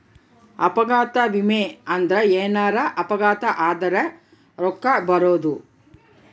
ಅಪಘಾತ ವಿಮೆ ಅಂದ್ರ ಎನಾರ ಅಪಘಾತ ಆದರ ರೂಕ್ಕ ಬರೋದು